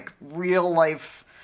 real-life